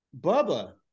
Bubba